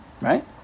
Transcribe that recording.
Right